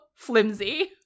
flimsy